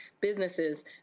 businesses